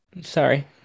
sorry